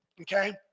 okay